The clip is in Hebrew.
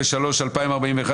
רוויזיה מס' 97,